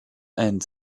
end